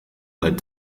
led